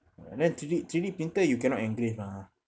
and then three D three D printer you cannot engrave mah